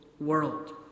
world